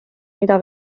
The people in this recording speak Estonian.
mida